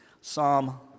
Psalm